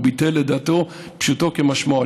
הוא ביטל את דעתו פשוטו כמשמעו,